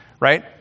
Right